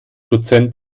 prozent